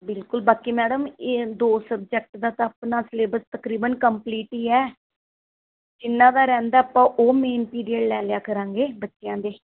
ਬਿਲਕੁਲ ਬਾਕੀ ਮੈਡਮ ਇਹ ਦੋ ਸਬਜੈਕਟ ਦਾ ਤਾਂ ਆਪਣਾ ਸਿਲੇਬਸ ਤਕਰੀਬਨ ਕੰਪਲੀਟ ਹੀ ਹੈ ਜਿਨ੍ਹਾਂ ਦਾ ਰਹਿੰਦਾ ਆਪਾਂ ਉਹ ਮੇਨ ਪੀਰੀਅਡ ਲੈ ਲਿਆ ਕਰਾਂਗੇ ਬੱਚਿਆਂ ਦੇ